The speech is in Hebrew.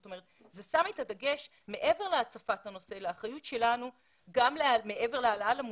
זה שם את הדגש מעבר להצפת הנושא לאחריות שלנו גם מעבר להעלאה למודעות,